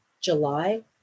July